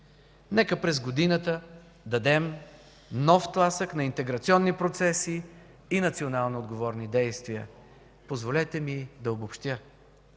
Нека през годината дадем нов тласък на интеграционни процеси и национално отговорни дейности. Позволете ми да обобщя: